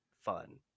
fun